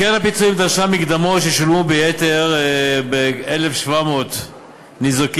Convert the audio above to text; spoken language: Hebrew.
קרן הפיצויים דרשה מקדמות ששולמו ביתר מכ-1,700 ניזוקים,